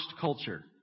culture